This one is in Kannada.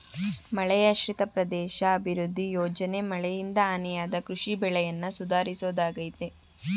ಮಳೆಯಾಶ್ರಿತ ಪ್ರದೇಶ ಅಭಿವೃದ್ಧಿ ಯೋಜನೆ ಮಳೆಯಿಂದ ಹಾನಿಯಾದ ಕೃಷಿ ಬೆಳೆಯನ್ನ ಸುಧಾರಿಸೋದಾಗಯ್ತೆ